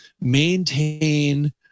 maintain